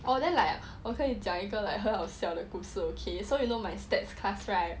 oh then like 我跟你讲一个很好笑的故事 okay so you like my stats class right